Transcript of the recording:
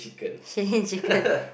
Shilin Chicken